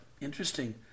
Interesting